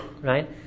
Right